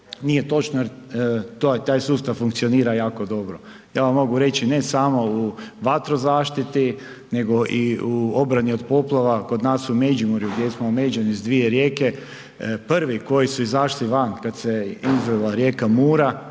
Nije točno jer taj sustav funkcionira jako dobro. Ja vam mogu reći ne samo u vatrozaštiti, nego i u obrani od poplava. Kod nas u Međimurju gdje smo omeđeni s dvije rijeke, prvi koji su izašli van kad se izlila rijeka Mura